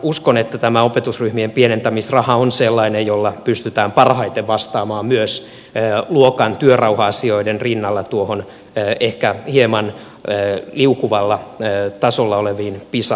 uskon että tämä opetusryhmien pienentämisraha on sellainen jolla pystytään parhaiten vastaamaan myös luokan työrauha asioiden rinnalla noihin ehkä hieman liukuvalla tasolla oleviin pisa tuloksiimme